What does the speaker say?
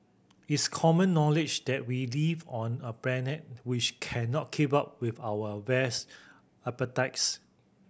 it's common knowledge that we live on a planet which cannot keep up with our vast appetites